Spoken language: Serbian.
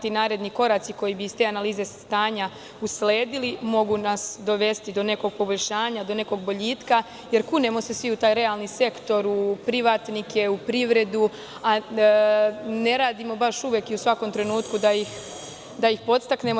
Ti naredni koraci koji bi iz te analize stanja usledili mogu nas dovesti do nekog poboljšanja, do nekog boljitka, jer kunemo se svi u taj realni sektor, u privatnike, u privredu, a ne radimo baš uvek i u svakom trenutku da ih podstaknemo.